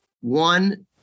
one